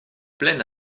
pleine